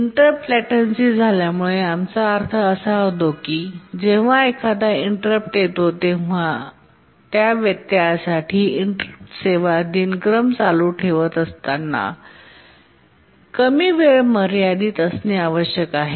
interrupt latency झाल्यामुळे आमचा अर्थ असा होतो की जेव्हा एखादा इंटरप्ट येतो तेव्हा आणि त्या व्यत्ययासाठी इंटरप्ट सेवा दिनक्रम चालू ठेवत असताना कमी वेळ मर्यादित असणे आवश्यक आहे